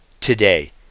today